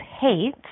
hate